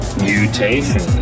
MUTATION